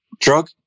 drug